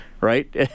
right